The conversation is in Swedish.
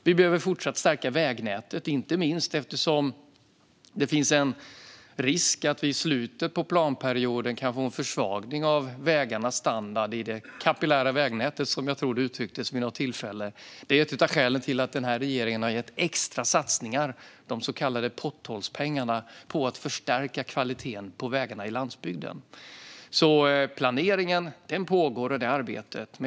Vi behöver fortsätta att stärka vägnätet, inte minst eftersom det finns en risk att vi i slutet av planperioden kan få en försvagning av vägarnas standard i det kapillära vägnätet, som jag tror att det uttrycktes vid något tillfälle. Detta är ett av skälen till att denna regering har gjort extra satsningar - de så kallade potthålspengarna - på att förstärka kvaliteten på vägarna på landsbygden. Planeringen och arbetet pågår.